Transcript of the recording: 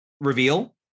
reveal